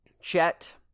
Chet